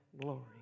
glory